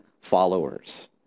followers